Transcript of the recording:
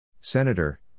Senator